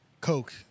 Coke